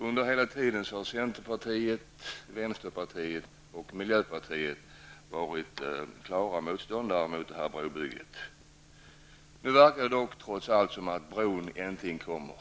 Under hela tiden har centerpartiet, vänsterpartiet och miljöpartiet varit klara motståndare till brobygget. Nu verkar det dock trots allt som om bron äntligen kommer.